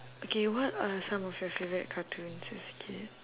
okay what are some of your favourite cartoons as a kid